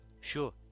Sure